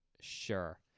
sure